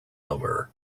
over